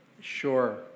Sure